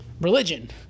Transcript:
religion